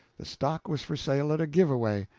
the stock was for sale at a give-away.